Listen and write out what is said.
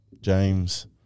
James